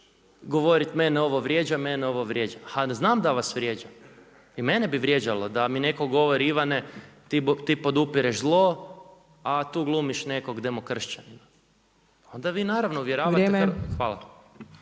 govoriti mene ovo vrijeđa, mene ovo vrijeđa. A znam da vas vrijeđa i mene bi vrijeđalo da mi neko govori Ivane ti podupireš zlo, a tu glumiš nekog demokršćanina. … /Upadica Opačić: Vrijeme./ … Hvala.